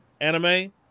anime